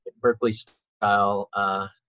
Berkeley-style